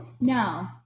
no